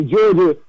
Georgia